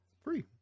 free